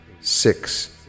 six